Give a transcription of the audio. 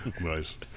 Nice